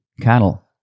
cattle